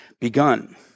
begun